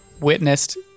witnessed